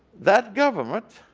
that government